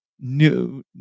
new